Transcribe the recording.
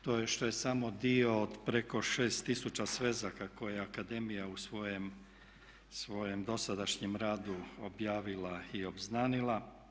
To je samo dio od preko 6000 svezaka koje je akademija u svojem dosadašnjem radu objavila i obznanila.